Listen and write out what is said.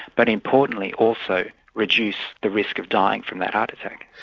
but importantly also reduce the risk of dying from that heart attack.